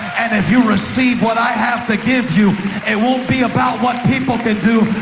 and if you receive what i have to give you it won't be about what people can do.